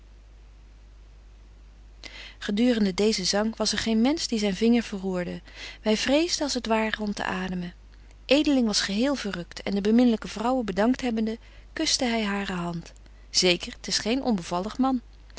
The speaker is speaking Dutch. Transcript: gedurende deezen zang was er geen mensch die zyn vinger verroerde wy vreesden als t ware om te ademen edeling was geheel verrukt en de beminlyke vrouwe bedankt hebbende kuschte hy hare hand zeker t is geen onbevallig man